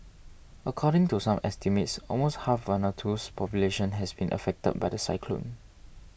according to some estimates almost half Vanuatu's population has been affected by the cyclone